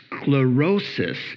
sclerosis